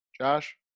Josh